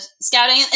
scouting